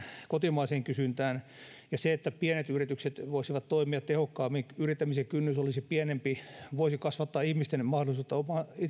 kotimaiseen kysyntään ja se että pienet yritykset voisivat toimia tehokkaammin yrittämisen kynnys olisi pienempi voisi kasvattaa ihmisten mahdollisuutta